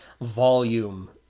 volume